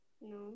no